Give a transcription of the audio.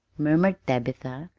murmured tabitha,